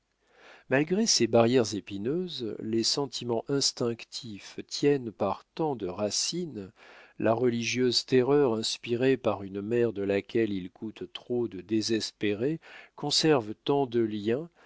malgré ces barrières épineuses les sentiments instinctifs tiennent par tant de racines la religieuse terreur inspirée par une mère de laquelle il coûte trop de désespérer conserve tant de liens